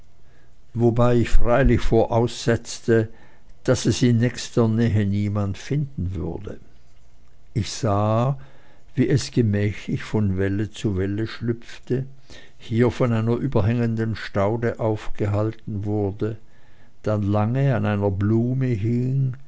wobei ich freilich voraussetzte daß es in nächster nähe niemand finden würde ich sah wie es gemächlich von welle zu welle schlüpfte hier von einer überhängenden staude aufgehalten wurde dann lange an einer blume hing